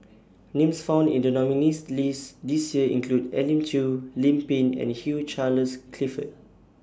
Names found in The nominees list This Year include Elim Chew Lim Pin and Hugh Charles Clifford